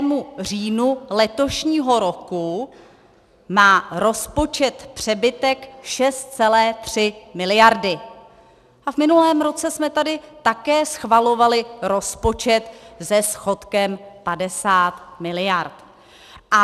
K 22. říjnu letošního roku má rozpočet přebytek 6,3 mld. A v minulém roce jsme tady také schvalovali rozpočet se schodkem 50 mld.